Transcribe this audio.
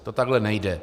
To takhle nejde.